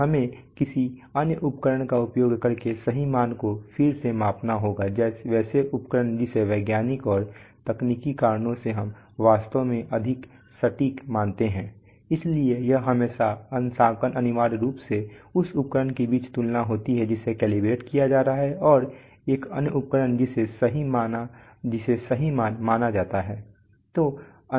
तो हमें किसी अन्य उपकरण का उपयोग करके सही मान को फिर से मापना होगा वैसे उपकरण जिसे वैज्ञानिक और तकनीकी कारणों से हम वास्तव में अधिक सटीक मानते हैं इसलिए यह हमेशा अंशांकन अनिवार्य रूप से उस उपकरण के बीच तुलना होती है जिसे कैलिब्रेट किया जा रहा है और एक अन्य उपकरण जिसे सही मान माना जाता है